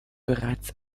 bereits